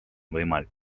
võimalik